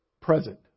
present